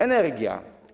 Energia.